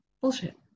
bullshit